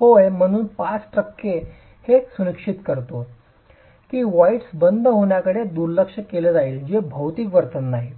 होय म्हणून 5 टक्के हे सुनिश्चित करते की व्हॉईड्सचे बंद होण्याकडे दुर्लक्ष केले जाईल जे भौतिक वर्तन नाही